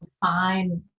fine